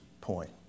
point